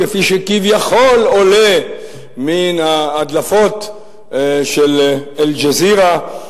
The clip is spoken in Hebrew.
כפי שכביכול עולה מן ההדלפות של "אל-ג'זירה"